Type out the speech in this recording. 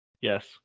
Yes